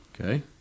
Okay